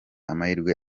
amahirwe